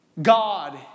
God